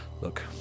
Look